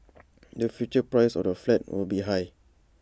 the future price of the flat will be high